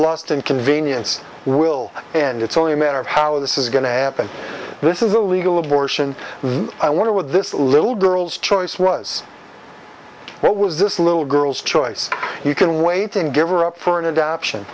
last and convenience will and it's only a matter of how this is going to happen this is a legal abortion i wonder what this little girl's choice was what was this little girl's choice you can wait and giver up for an adoption